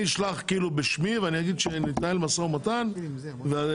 אני אשלח בשמי ואני אומר שמתנהל משא ומתן וכולם